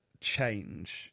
change